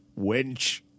wench